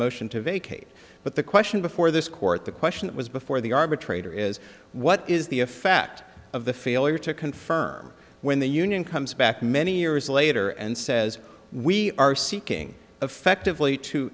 motion to vacate but the question before this court the question that was before the arbitrator is what is the effect of the failure to confirm when the union comes back many years later and says we are seeking effectively to